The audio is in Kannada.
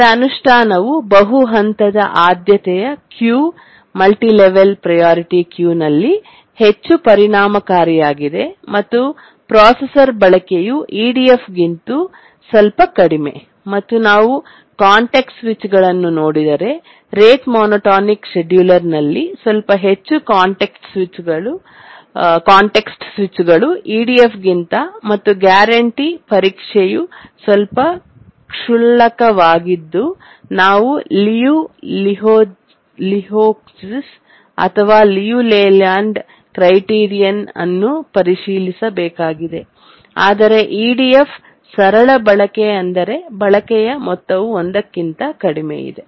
ಇದರ ಅನುಷ್ಠಾನವು ಬಹು ಹಂತದ ಆದ್ಯತೆಯ ಕ್ಯೂ ಮಲ್ಟಿಲೆವೆಲ್ ಪ್ರಯಾರಿಟಿ ಕ್ಯೂ ನಲ್ಲಿ ಹೆಚ್ಚು ಪರಿಣಾಮಕಾರಿಯಾಗಿದೆ ಮತ್ತು ಪ್ರೊಸೆಸರ್ ಬಳಕೆಯು EDF ಗಿಂತು ಸ್ವಲ್ಪ ಕಡಿಮೆ ಮತ್ತು ನಾವು ಕಾಂಟೆಕ್ಸ್ಟ್ ಸ್ವಿಚ್ ಗಳನ್ನು ನೋಡಿದರೆ ರೇಟ್ ಮೋನೋಟೋನಿಕ್ ಶೆಡ್ಯೂಲರ್ ನಲ್ಲಿ ಸ್ವಲ್ಪ ಹೆಚ್ಚು ಕಾಂಟೆಕ್ಸ್ಟ್ ಸ್ವಿಚ್ ಗಳು EDF ಗಿಂತ ಮತ್ತು ಗ್ಯಾರಂಟಿ ಪರೀಕ್ಷೆಯು ಸ್ವಲ್ಪ ಕ್ಷುಲ್ಲಕವಾಗಿದ್ದು ನಾವು ಲಿಯು ಲೆಹೋಜ್ಕಿಸ್ ಅಥವಾ ಲಿಯು ಲೇಲ್ಯಾಂಡ್ ಕ್ರೈಟೀರಿಯನ್ ಅನ್ನು ಪರಿಶೀಲಿಸಬೇಕಾಗಿದೆ ಆದರೆ EDF ಸರಳ ಬಳಕೆ ಅಂದರೆ ಬಳಕೆಯ ಮೊತ್ತವು 1 ಕ್ಕಿಂತ ಕಡಿಮೆಯಿದೆ